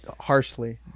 harshly